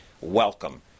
Welcome